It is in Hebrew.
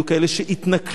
היו כאלה שהתנכלו,